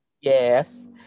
Yes